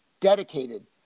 dedicated